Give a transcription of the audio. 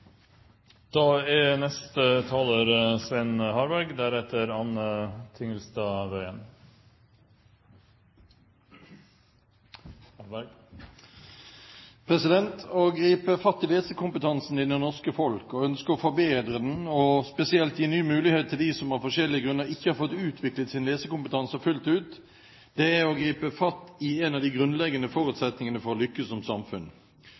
Å gripe fatt i lesekompetansen hos det norske folk, å ønske å forbedre den og spesielt gi ny mulighet til dem som av forskjellige grunner ikke har fått utviklet sin lesekompetanse fullt ut, er å gripe fatt i en av de grunnleggende forutsetningene for å lykkes som samfunn.